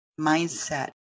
mindset